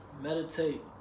Meditate